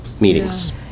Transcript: Meetings